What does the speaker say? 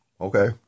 Okay